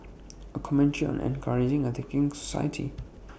A commentary on encouraging A thinking society